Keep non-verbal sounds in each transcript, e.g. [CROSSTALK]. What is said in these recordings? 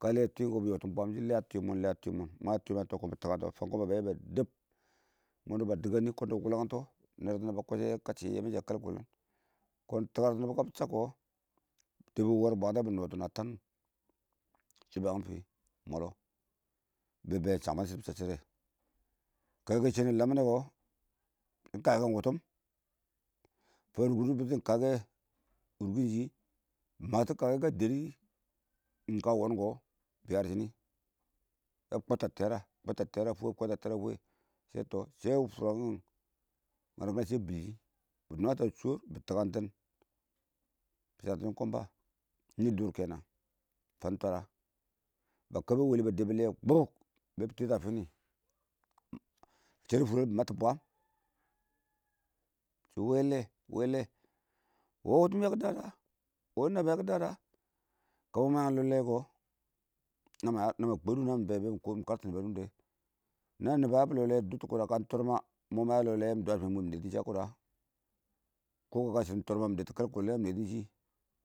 kəlɛ twɪɪn kɔ bɪ yɔtɪn bwam shɪlɛ a twɪɪnm lɛ ba yɛba twɪɪn mɔn wɔ ma twɪɪnm ma kɔn fankɔmba ba yɛ ba dɛb kɛn takənts ba deb ba dɪngkə nɪ kɔn dɪ nɛrang to a kwashe yɛ kəcchi yɛmen shɛ a kwalkʊlunkɔn tikər nɪbɔ kəbɪ chab kɔ, kɔn a dɛbbɪ war bwatɛ bɪ nɔtɪn shɪ ba yang fɪ mɔlɔ sham bəɪ shɪdɔ shɪdo kəshɪ yɛkɪm shenɛ lammɪnnɛ kɔ iɪng kə kɛn wʊttʊm fan wʊrkɪ dɪ bɪttishɪm kəkɛ wʊrkɪn shɪ mɪ mashɪtɔ kəkɛ kə dari kə wɔɔn kɔ bɪya dɪ shɪnɪ yabbɪ kɔttɔ a tera bɪ kɔttɔ tera fwa shɛ tɔ shɛ fʊrra kɪn shɛ bɪl shɪ kɔ bɪ nwata shɔr bɪ tikəng tɪn bɪ shatu shɪ fan komba nɪ dʊri kɔnan fan twara ba kəbəg wali ba dɛbbɪ lɛ bɪ shɪra kʊ be bɪ tita fɪnɪ ba shʊr fʊrrel bɪ matts bwam shɪ wɔɔ lɛ wɔɔ lɛ wɔɔ wʊtʊ yakɪ dada wɛ wɔɔ naan bɪyang yakə dada wɛ kəma yangin lɔ lɛ kɔ nama kw5 dʊ namɪ be bɛ mɪ kotʊ mɪ kərtɔ nɪba nungdɛ naan nɪbɔ yabʊ iɔ lɛ wɛ shɪdɪ dʊttʊ kʊdda kən tɔrɪm, kən dɪrin mwɛ kɔ iɪngmɔ nɪ ma yabʊ iɔ lɛ wɛmɪ dwatɔ mwɛ mɪn nɔton shɪ kə shɪnɪn tɔrɪm ma mɪ dɛttʊ kəlkʊtun mɪ nɛtʊ shɪ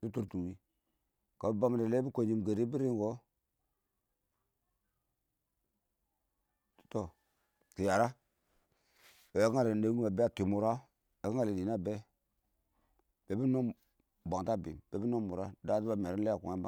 dɪ tortʊ wɪɪn kəbɪ bə mɪna dɪlɛ bɪ kw5nshɪm [UNINTELLIGIBLE] bɪ rɪm kɔ, tɔ kɪ yara yakɪ ngalɛ nɛbun kɪmə be ya twɪɪn mʊra wɔ yakɪ ngalɛ nɪnɪ a bɛ yabɪ nɔ mʊra, bwatɛ a bɪim